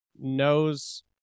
knows